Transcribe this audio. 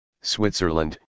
Switzerland